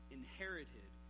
inherited